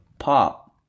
Pop